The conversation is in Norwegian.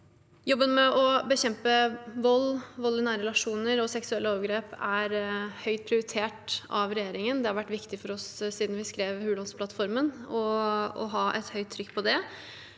Jobben med å bekjempe vold, vold i nære relasjoner og seksuelle overgrep er høyt prioritert av regjeringen. Det har vært viktig for oss siden vi skrev Hurdalsplattformen å ha et høyt trykk på det.